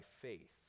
faith